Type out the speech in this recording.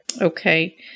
Okay